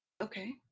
Okay